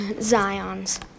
Zion's